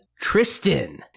Tristan